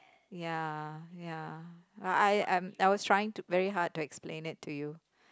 ya ya I I was trying to very hard to explain it to you